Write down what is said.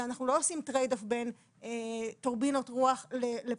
שאנחנו לא עושים טרייד אוף בין טורבינות רוח לפליטות,